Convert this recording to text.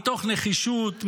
מתוך נחישות,